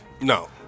No